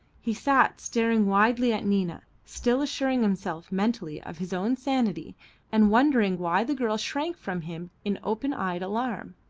he sat staring wildly at nina, still assuring himself mentally of his own sanity and wondering why the girl shrank from him in open-eyed alarm.